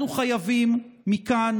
אנחנו חייבים מכאן,